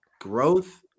growth